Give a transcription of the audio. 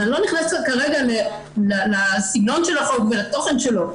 אז אני לא נכנסת כרגע לסגנון של החוק ולתוכן שלו,